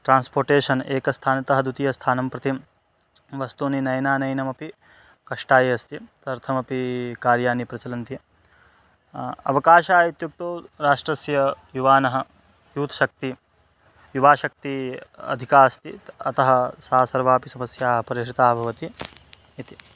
transportation एकस्थानतः द्वितीयस्थानं प्रति वस्तूनि नयनानयनमपि कष्टाय अस्ति तदर्थमपि कार्याणि प्रचलन्ति अवकाशः इत्युक्तौ राष्ट्रस्य युवानः यूत् शक्तिः युवाशक्तिः अधिका अस्ति तत् अतः सा सर्वापि समस्याः परिश्रिताः भवन्ति इति